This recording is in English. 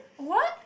what